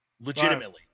legitimately